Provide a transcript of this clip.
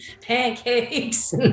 pancakes